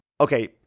Okay